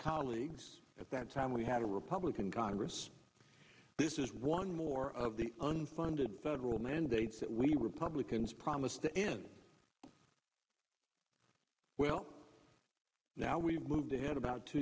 colleagues at that time we had a republican congress this is one more of the unfunded federal mandates that we republicans promise to end well now we moved ahead about two